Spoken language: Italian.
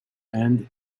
end